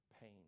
pain